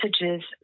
messages